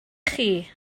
chi